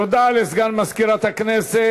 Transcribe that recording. תודה לסגן מזכירת הכנסת.